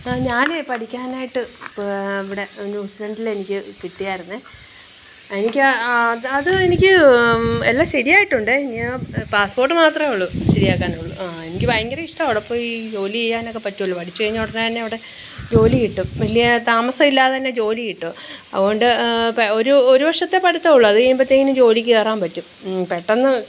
ഞാൻ പഠിക്കാനായിട്ട് ഇവിടെ ന്യൂസിലാൻഡിൽ എനിക്ക് കിട്ടിയായിരുന്നു എനിക്കാ ആ അത് എനിക്ക് എല്ലാം ശരിയായിട്ടുണ്ടെ ഞാൻ പാസ്പോർട്ട് മാത്രമേ ഉള്ളു ശരിയാക്കാനുള്ളു ആ എനിക്ക് ഭയങ്കര ഇഷ്ടമാണ് അവിടെ പോയി ജോലി ചെയ്യാനൊക്കെ പറ്റുമല്ലൊ പഠിച്ചുകഴിഞ്ഞാൽ ഉടനെ തന്നെ അവിടെ ജോലി കിട്ടും വലിയ താമസമില്ലാതെ തന്നെ ജോലി കിട്ടും അതുകൊണ്ട് ഒരു ഒരു വർഷത്തെ പഠിത്തമേ ഉള്ളു അത് കഴിയുമ്പത്തേനും ജോലിക്ക് കയറാൻ പറ്റും പെട്ടെന്ന്